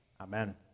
Amen